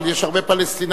אבל יש הרבה פלסטינים,